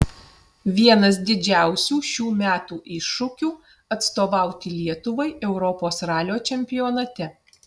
vienas didžiausių šių metų iššūkių atstovauti lietuvai europos ralio čempionate